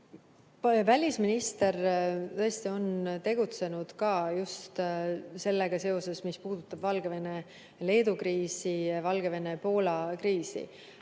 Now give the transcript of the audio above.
Välisminister on tegutsenud ka just sellega seoses, mis puudutab Valgevene-Leedu kriisi ja Valgevene-Poola kriisi.